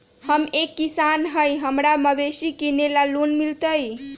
हम एक किसान हिए हमरा मवेसी किनैले लोन मिलतै?